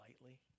lightly